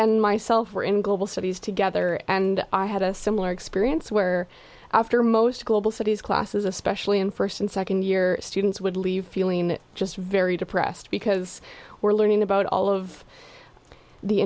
and myself were in global studies together and i had a similar experience where after most global studies classes especially in first and second year students would leave feeling just very depressed because we're learning about all of the